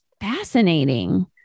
fascinating